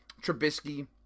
Trubisky